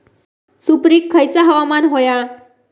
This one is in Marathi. सुपरिक खयचा हवामान होया?